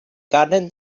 garden